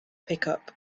pickup